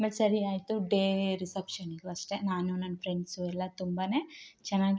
ಆಮೇಲೆ ಸರಿ ಆಯ್ತು ಡೇ ರಿಸ್ಪಷನ್ಗೆ ಅಷ್ಟೇ ನಾನು ನನ್ನ ಫ್ರೆಂಡ್ಸು ಎಲ್ಲ ತುಂಬಾ ಚೆನ್ನಾಗಿ